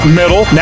middle